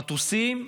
מטוסים,